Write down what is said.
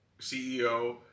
CEO